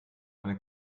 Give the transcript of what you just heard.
eine